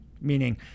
meaning